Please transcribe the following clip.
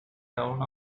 town